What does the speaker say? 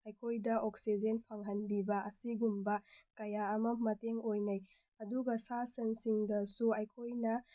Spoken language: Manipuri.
ꯑꯩꯈꯣꯏꯗ ꯑꯣꯛꯁꯤꯖꯦꯟ ꯐꯪꯍꯟꯕꯤꯕ ꯑꯁꯤꯒꯨꯝꯕ ꯀꯌꯥ ꯑꯃ ꯃꯇꯦꯡ ꯑꯣꯏꯅꯩ ꯑꯗꯨꯒ ꯁꯥ ꯁꯟꯁꯤꯡꯗꯁꯨ ꯑꯩꯈꯣꯏꯅ